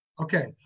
Okay